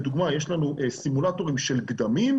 לדוגמה יש לנו סימולטורים של גדמים,